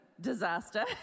disaster